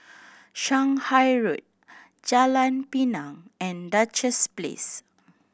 Shanghai Road Jalan Pinang and Duchess Place